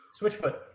Switchfoot